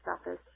office